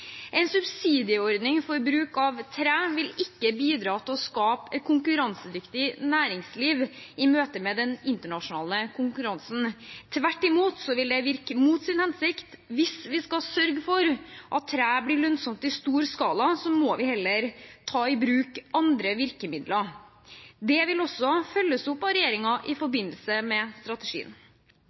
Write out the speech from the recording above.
En subsidieordning for bruk av tre vil ikke bidra til å skape et konkurransedyktig næringsliv i møte med den internasjonale konkurransen. Tvert imot vil det virke mot sin hensikt. Hvis vi skal sørge for at tre blir lønnsomt i stor skala, må vi heller ta i bruk andre virkemidler. Det vil også følges opp av regjeringen i forbindelse med strategien.